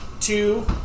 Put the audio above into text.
two